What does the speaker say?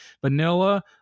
vanilla